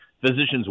physicians